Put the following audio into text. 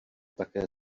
také